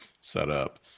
setup